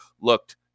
looked